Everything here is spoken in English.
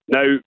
Now